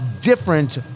different